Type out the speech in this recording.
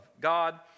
God